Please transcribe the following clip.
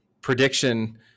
prediction